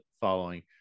following